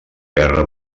guerra